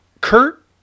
Kurt